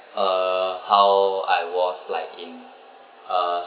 uh how I was like in uh